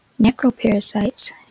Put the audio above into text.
Necroparasites